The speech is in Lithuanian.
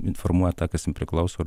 informuoja tą kas ten priklauso ir